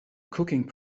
cooking